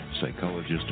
psychologist